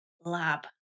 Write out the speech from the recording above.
Lab